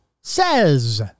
says